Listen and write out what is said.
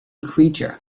creature